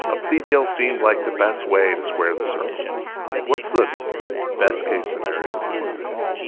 a plea deal seemed like the best way to square the circle what's the best case scenario for one of these?